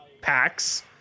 packs